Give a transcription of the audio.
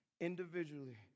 individually